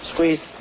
Squeeze